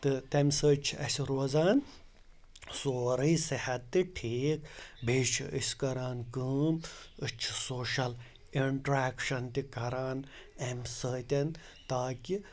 تہٕ تَمہِ سۭتۍ چھِ اَسہِ روزان سورُے صحت تہِ ٹھیٖک بیٚیہِ چھِ أسۍ کَران کٲم أسۍ چھِ سوشَل اِنٹرٛٮ۪شکشَن تہِ کَران اَمہِ سۭتۍ تاکہِ